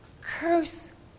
curse